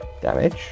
damage